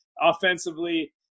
offensively